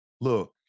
look